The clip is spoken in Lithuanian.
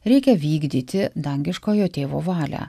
reikia vykdyti dangiškojo tėvo valią